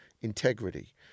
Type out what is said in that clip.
integrity